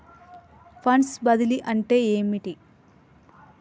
Funds బదిలీ అంటే ఏమిటి?